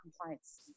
compliance